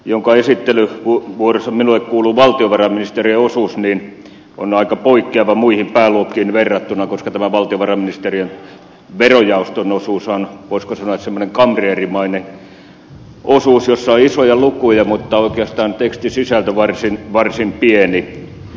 tämä pääluokka jonka esittelyvuoroista minulle kuuluu valtiovarainministeriön osuus on aika poikkeava muihin pääluokkiin verrattuna koska tämä valtiovarainministeriön verojaoston osuushan on voisiko sanoa semmoinen kamreerimainen osuus jossa on isoja lukuja mutta oikeastaan tekstisisältö varsin pieni